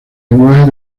lenguajes